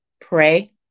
pray